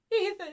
Ethan